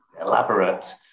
elaborate